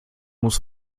muss